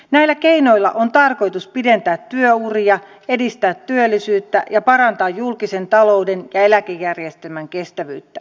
näillä keinoilla on tarkoitus pidentää työuria edistää työllisyyttä ja parantaa julkisen talouden ja eläkejärjestelmän kestävyyttä